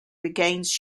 regains